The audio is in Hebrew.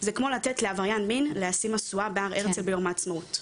זה כמו לתת לעבריין מין להשיא משואה בהר הרצל ביום העצמאות.